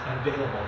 available